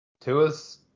Tua's